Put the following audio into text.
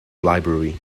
library